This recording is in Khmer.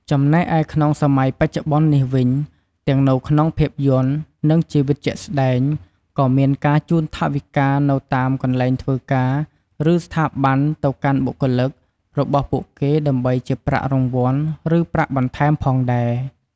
ចំំណែកឯក្នុងសម័យបច្ចុប្បន្ននេះវិញ ទាំងនៅក្នុងភាពយន្ត និងជីវិតជាក់ស្ដែង ក៏មានការជូនថវិកានៅតាមកន្លែងធ្វើការ ឬ ស្ថាប័នទៅកាន់បុគ្គលិករបស់ពួកគេដើម្បីជាប្រាក់រង្វាន់ ឬប្រាក់បន្ថែមផងដែរ។